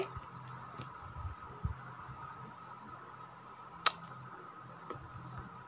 ರಾಸಾಯನಿಕ ಗೊಬ್ಬರ ತಗೊಳ್ಳಿಕ್ಕೆ ಸಾಲ ಕೊಡ್ತೇರಲ್ರೇ?